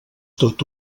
tot